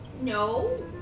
No